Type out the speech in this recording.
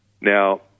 Now